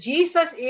Jesus